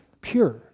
pure